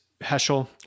Heschel